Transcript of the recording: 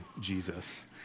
Jesus